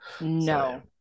no